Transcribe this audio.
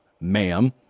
ma'am